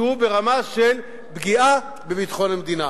שהוא ברמה של פגיעה בביטחון המדינה.